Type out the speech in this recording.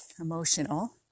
emotional